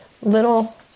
little